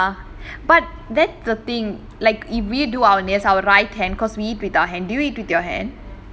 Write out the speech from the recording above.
ya but that's the thing like if we do our nails our right hand because we eat with our hand do you eat with your hand